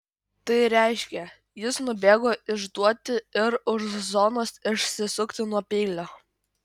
tai reiškė jis nubėgo išduoti ir už zonos išsisukti nuo peilio